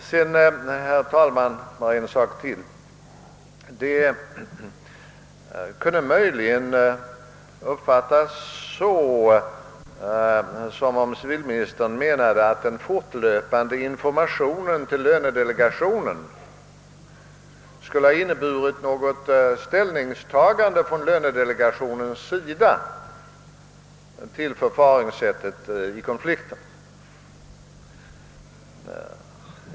Herr talman! Bara en sak till. Man kunde möjligen få den uppfattningen att civilministern menade att den fortlöpande informationen till lönedelegationen skulle ha inneburit något ställningstagande från lönedelegationens sida till förfaringssättet i konflikten.